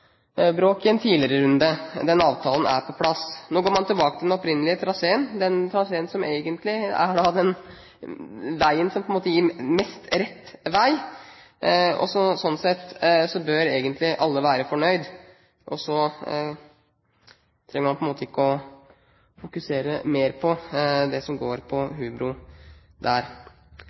bråk i en tidligere runde. Den avtalen er på plass. Nå går man tilbake til den opprinnelige traseen, som egentlig gir mest rett vei, og sånn sett bør egentlig alle være fornøyd – og så trenger man ikke å fokusere mer på det som går på hubro der.